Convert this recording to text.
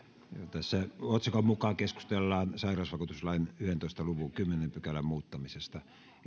tässä otsikon mukaan keskustellaan sairausvakuutuslain yhdentoista luvun kymmenennen pykälän muuttamisesta